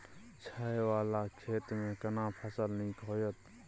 छै ॉंव वाला खेत में केना फसल नीक होयत?